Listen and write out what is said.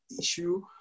issue